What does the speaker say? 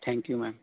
thank you ma'am